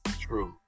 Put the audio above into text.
True